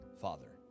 Father